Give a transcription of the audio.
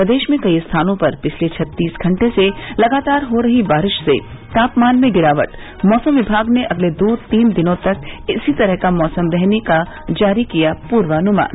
प्रदेश में कई स्थानों पर पिछले छत्तीस घंटे से लगातार हो रही बारिश से तापमान में गिरावट मौसम विभाग ने अगले दो तीन दिनों तक इसी तरह का मौसम रहने का जारी किया पूर्वानुमान